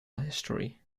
history